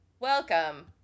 welcome